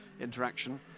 interaction